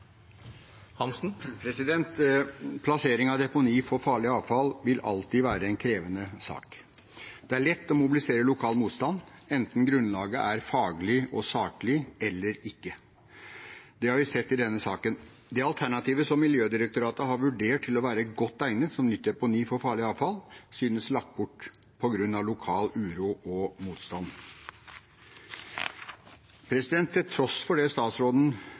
Plassering av deponi for farlig avfall vil alltid være en krevende sak. Det er lett å mobilisere lokal motstand, enten grunnlaget er faglig og saklig eller ikke. Det har vi sett i denne saken. Det alternativet som Miljødirektoratet har vurdert til å være godt egnet som nytt deponi for farlig avfall, synes lagt bort på grunn av lokal uro og motstand. Til tross for det statsråden